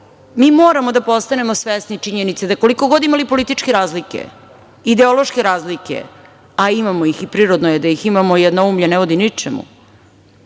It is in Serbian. Mi moramo da postanemo svesni činjenice, da koliko god imali političke razlike, ideološke razlike, a imamo ih i prirodno je da ih imamo, jednoumlje ne vodi ničemu,